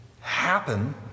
happen